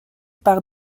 par